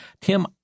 Tim